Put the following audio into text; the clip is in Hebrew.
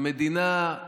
שהיא מדינה,